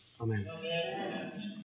amen